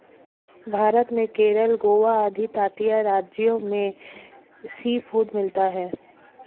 भारत में केरल गोवा आदि तटीय राज्यों में सीफूड मिलता है